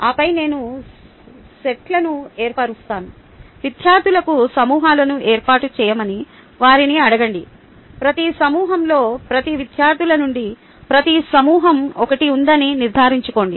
ఆపై నేను సెట్లను ఏర్పరుస్తాను విద్యార్థులకు సమూహాలను ఏర్పాటు చేయమని వారిని అడగండి ప్రతి సమూహంలో ప్రతి విద్యార్థుల నుండి ప్రతి సమూహం ఒకటి ఉందని నిర్ధారించుకోండి